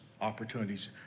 opportunities